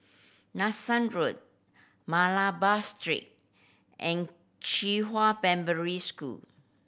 Nanson Road Malabar Street and Qihua Primary School